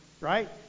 Right